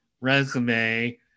resume